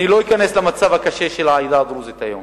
אני לא אכנס למצב הקשה של העדה הדרוזית היום.